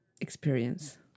experience